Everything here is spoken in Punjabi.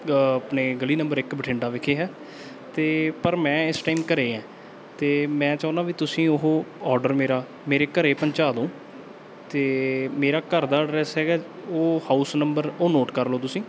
ਆਪਣੇ ਗਲੀ ਨੰਬਰ ਇੱਕ ਬਠਿੰਡਾ ਵਿਖੇ ਹੈ ਅਤੇ ਪਰ ਮੈਂ ਇਸ ਟਾਈਮ ਘਰੇ ਹਾਂ ਅਤੇ ਮੈਂ ਚਾਹੁੰਦਾ ਵੀ ਤੁਸੀਂ ਉਹ ਅੋਰਡਰ ਮੇਰਾ ਮੇਰੇ ਘਰੇ ਪਹੁੰਚਾ ਦਿਓ ਅਤੇ ਮੇਰਾ ਘਰ ਦਾ ਐਡਰੈਸ ਹੈਗਾ ਉਹ ਹਾਊਸ ਨੰਬਰ ਉਹ ਨੋਟ ਕਰ ਲਓ ਤੁਸੀਂ